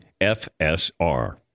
FSR